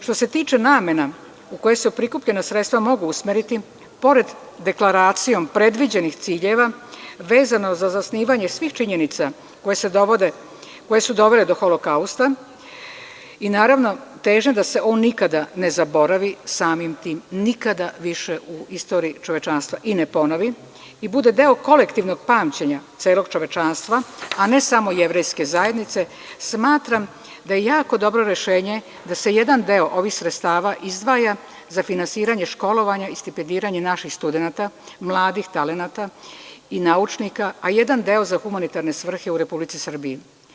Što se tiče namena u koje se prikupljena sredstva mogu usmeriti, pored deklaracijom predviđenih ciljeva, vezano za zasnivanje svih činjenica koje se dovode, koje su dovele do holokausta i naravno težnja da se on nikada ne zaboravi, samim tim nikada više u istoriji čovečanstva i ne ponovi i bude deo kolektivnog pamćenja celog čovečanstva, a ne samo jevrejske zajednice, smatram da je jako dobro rešenje da se jedan deo ovih sredstava izdvaja za finansiranje školovanja i stipendiranja naših studenata, mladih talenata i naučnika, a jedan deo za humanitarne svrhe u Republici Srbiji.